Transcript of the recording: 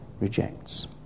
rejects